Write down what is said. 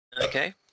Okay